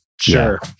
Sure